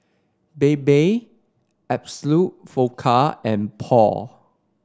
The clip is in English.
Bebe Absolut Vodka and Paul